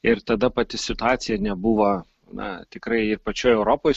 ir tada pati situacija nebuvo na tikrai ir pačioj europoj